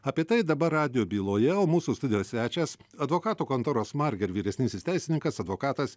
apie tai dabar radijo byloje o mūsų studijos svečias advokatų kontoros marger vyresnysis teisininkas advokatas